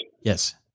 Yes